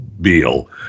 Beal